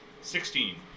Sixteen